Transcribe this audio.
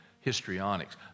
histrionics